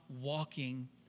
walking